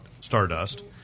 Stardust